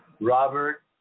Robert